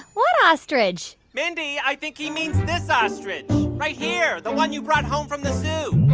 what ostrich? mindy, i think he means this ostrich right here, the one you brought home from the zoo